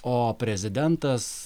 o prezidentas